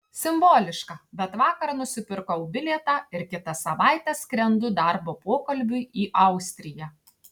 simboliška bet vakar nusipirkau bilietą ir kitą savaitę skrendu darbo pokalbiui į austriją